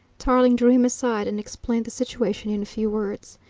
tarling drew him aside and explained the situation in a few words.